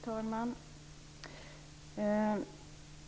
Fru talman!